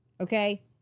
okay